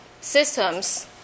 systems